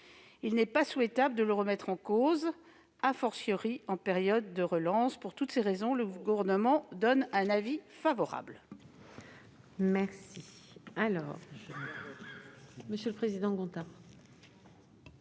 Il n'est pas souhaitable de le remettre en cause, en période de relance. Pour toutes ces raisons, le Gouvernement émet un avis favorable